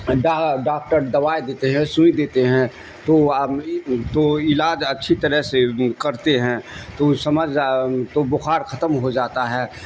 doctor دوائی دیتے ہیں سوئی دیتے ہیں تو تو علاج اچھی طرح سے کرتے ہیں تو سمجھ تو بخار ختم ہو جاتا ہے